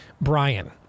Brian